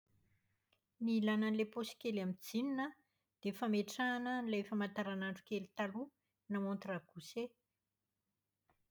Ny ilàna an'ilay paosy kely amin'ny jeans an, dia fametrahana an'ilay famataranandro kely taloha na montre à gousset.